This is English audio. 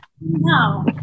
No